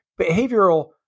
Behavioral